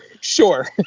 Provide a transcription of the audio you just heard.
Sure